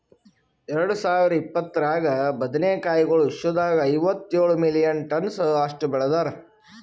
ಎರಡು ಸಾವಿರ ಇಪ್ಪತ್ತರಾಗ ಬದನೆ ಕಾಯಿಗೊಳ್ ವಿಶ್ವದಾಗ್ ಐವತ್ತೇಳು ಮಿಲಿಯನ್ ಟನ್ಸ್ ಅಷ್ಟು ಬೆಳದಾರ್